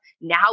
Now